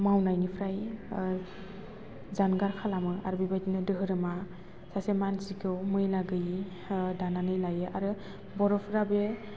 मावनायनिफ्राइ जानगार खालामो आर बेबायदिनो धोरोमा सासे मानसिखौ मैला गैयै दानानै लायो आरो बर'फ्रा बे